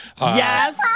Yes